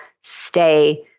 stay